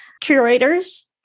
curators